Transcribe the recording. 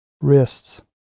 wrists